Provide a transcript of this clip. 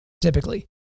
typically